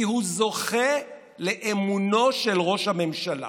כי הוא זוכה לאמונו של ראש הממשלה.